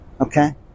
Okay